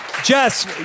Jess